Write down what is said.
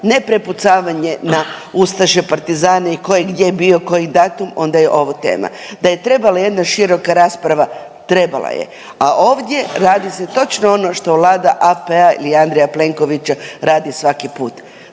ne prepucavanje na ustaše, partizane i ko je gdje bio koji datum onda je ovo tema. Da je trebala jedna široka rasprava, trebala je, a ovdje radi se točno ono što Vlada AP-a ili Andreja Plenkovića radi svaki put,